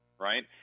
right